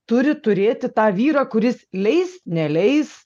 turi turėti tą vyrą kuris leis neleis